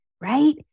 right